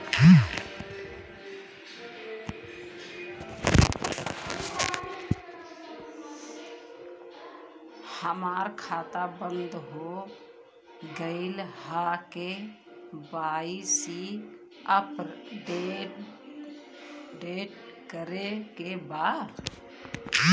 हमार खाता बंद हो गईल ह के.वाइ.सी अपडेट करे के बा?